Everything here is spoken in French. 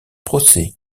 procès